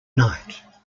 night